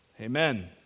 Amen